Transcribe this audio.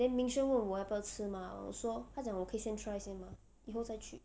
then ming xuan 问我要不要吃 mah 我说他讲我可以先 try 先吗以后再去